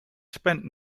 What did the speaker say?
spent